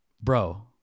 bro